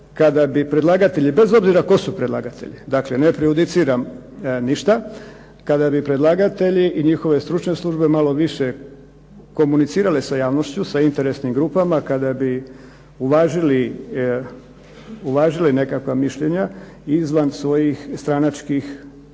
kada bi predlagatelji, bez obzira tko su predlagatelji, dakle ne prejudiciram ništa, kada bi predlagatelji i njihove stručne službe malo više komunicirale sa javnošću, sa interesnim grupama, kada bi uvažili nekakva mišljenja izvan svojih stranačkih